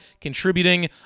contributing